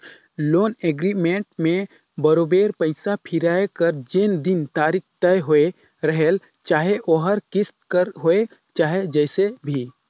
loan agreement में बरोबेर पइसा फिराए कर जेन दिन तारीख तय होए रहेल चाहे ओहर किस्त कर होए चाहे जइसे भी